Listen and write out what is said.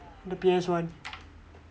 the P_S one